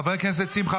חבר הכנסת שמחה